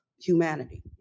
humanity